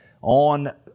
On